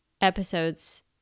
episodes